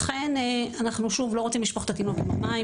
לכן אנחנו לא רוצים לשפוך את התינוק עם המים.